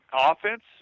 offense